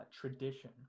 tradition